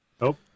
Nope